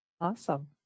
Awesome